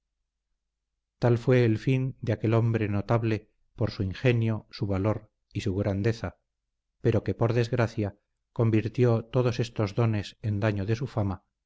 tal fue el fin de aquel hombre notable por su ingenio su valor y su grandeza pero que por desgracia convirtió todos estos dones en daño de su fama